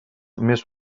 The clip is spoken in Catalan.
més